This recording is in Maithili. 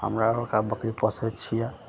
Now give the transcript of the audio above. हमरा आरके बकरी पोसैत छियै